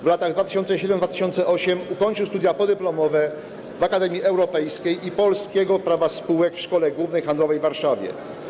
W latach 2007 i 2008 ukończył studia podyplomowe w Akademii Europejskiego i Polskiego Prawa Spółek w Szkole Głównej Handlowej w Warszawie.